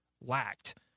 lacked